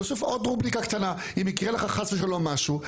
ולהוסיף עוד רובריקה קטנה: אם יקרה לך חס ושלום משהו,